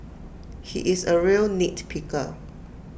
he is A real nit picker